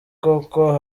koko